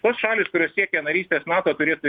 tos šalys kurios siekia narystės nato turėtų